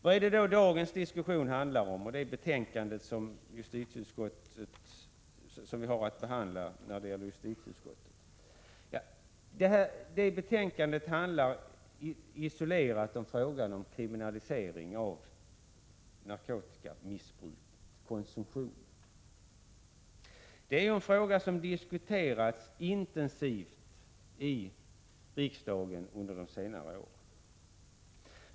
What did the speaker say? Vad är det då dagens diskussion och det föreliggande betänkandet från justitieutskottet handlar om? — Det handlar isolerat om frågan om kriminalisering av narkotikamissbruket, konsumtionen. Det är en fråga som har diskuterats intensivt i riksdagen under de senare åren.